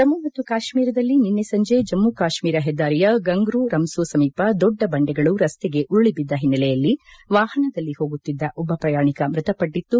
ಜಮ್ಮು ಮತ್ತು ಕಾಶ್ಮೀರದಲ್ಲಿ ನಿನ್ನೆ ಸಂಜೆ ಜಮ್ಮ ಶ್ರೀನಗರ ಹೆದ್ದಾರಿಯ ಗಂಗ್ರೂ ರಂಸೂ ಸಮೀಪ ದೊಡ್ಡ ಬಂಡೆಗಳು ರಸ್ತೆಗೆ ಉರುಳಿಬಿದ್ದ ಹಿನ್ನೆಲೆಯಲ್ಲಿ ವಾಪನದಲ್ಲಿ ಹೋಗುತ್ತಿದ್ದ ಒಬ್ಬ ಪ್ರಯಾಣಿಕ ಮೃತಪಟ್ಟಿದ್ದು